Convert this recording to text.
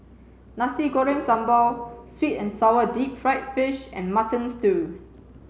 Nasi Goreng Sambal sweet and sour deep fried fish and mutton stew